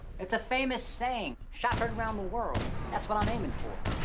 it's a famous saying, shot heard round the world. that's what i'm aimin' for.